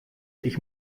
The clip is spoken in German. ich